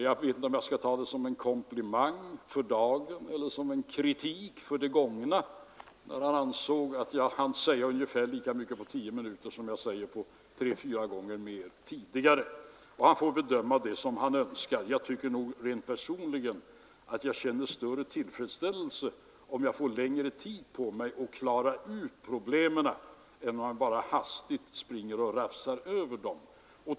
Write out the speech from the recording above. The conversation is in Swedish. Jag vet inte om jag skall ta det som en komplimang för dagen eller som en kritik för det gångna att han ansåg att jag nu hann säga ungefär lika mycket på tio minuter som jag förut sagt under en tre, fyra gånger längre tid. Han får bedöma det som han önskar, men jag tycker nog rent personligen att jag känner större tillfredsställelse, om jag får längre tid på mig att klara ut problemen än om jag bara hastigt måste rafsa över dem.